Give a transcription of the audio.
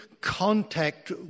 contact